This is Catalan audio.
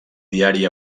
diari